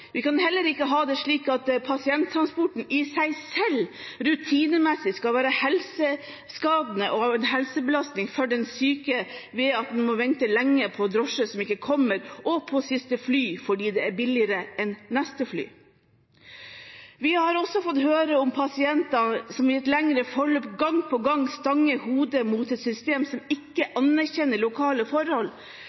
Vi kan heller ikke ha det slik at pasienttransporten i seg selv rutinemessig skal være helseskadelig og en helsebelastning for den syke, ved at man må vente lenge på en drosje som ikke kommer, og på siste fly fordi det er billigere enn neste fly. Vi har også fått høre om pasienter som i et lengre forløp gang på gang stanger hodet mot et system som ikke anerkjenner lokale forhold.